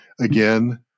again